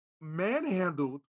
manhandled